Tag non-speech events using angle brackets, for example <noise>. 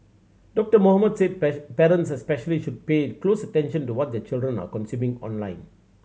Doctor Mohamed said <unintelligible> parents especially should pay close attention to what their children are consuming online